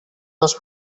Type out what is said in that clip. les